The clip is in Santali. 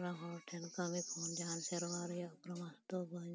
ᱚᱲᱟᱜ ᱦᱚᱲ ᱴᱷᱮᱱ ᱡᱟᱦᱟᱱ ᱥᱮᱨᱣᱟ ᱨᱮᱭᱟᱜ ᱠᱚᱱᱚ ᱵᱟᱥᱛᱚᱵᱚᱭ